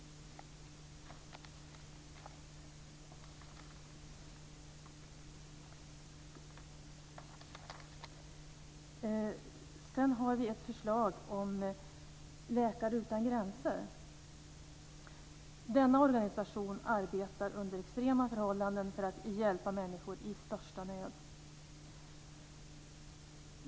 Vi har vidare ett förslag som gäller Läkare utan gränser. Denna organisation arbetar under extrema förhållanden för att hjälpa människor i största nöd.